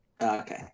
Okay